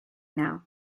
now